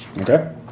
Okay